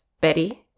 Betty